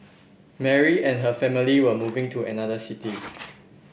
Mary and her family were moving to another city